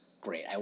great